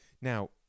Now